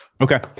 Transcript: Okay